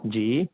जी